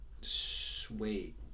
Sweet